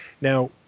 Now